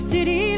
City